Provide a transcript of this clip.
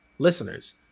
listeners